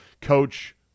Coach